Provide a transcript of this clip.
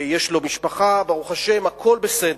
יש לו משפחה, ברוך השם, הכול בסדר.